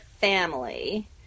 family